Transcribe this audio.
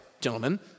Gentlemen